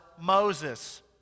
Moses